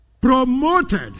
promoted